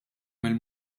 mill